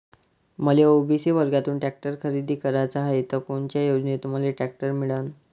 मले ओ.बी.सी वर्गातून टॅक्टर खरेदी कराचा हाये त कोनच्या योजनेतून मले टॅक्टर मिळन?